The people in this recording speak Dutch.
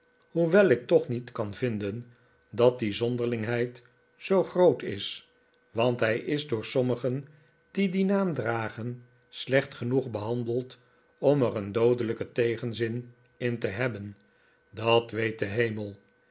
hoewel ik toch niet kan vinden dat die zonderlingheid zoo groot is want hij is door sommigen die dien naam dragen slecht genoeg behandeld om er een doodelijken tegenzin in te hebben dat weet de hemel